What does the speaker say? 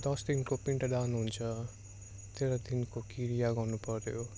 दस दिनको पिण्डदान हुन्छ तेह्र दिनको क्रिया गर्नुपर्यो